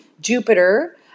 Jupiter